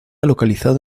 localizado